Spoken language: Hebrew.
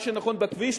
מה שנכון בכביש,